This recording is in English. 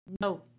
no